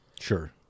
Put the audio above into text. Sure